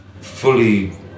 fully